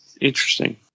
interesting